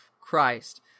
Christ